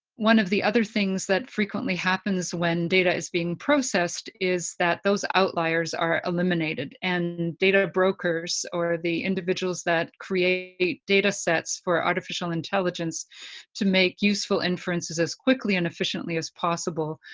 one of the other things that frequently happens when data is being processed is that those outliers are eliminated and data brokers, or the individuals that create data sets for artificial intelligence to make useful inferences as quickly and efficiently as possible,